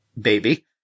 baby